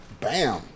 Bam